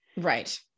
Right